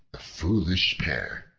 the foolish pair,